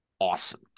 Awesome